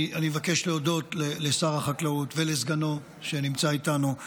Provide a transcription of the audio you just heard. אני מבקש להודות לשר החקלאות ולסגנו, שנמצא איתנו,